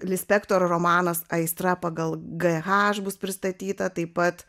lispektor romanas aistra pagal g h bus pristatyta taip pat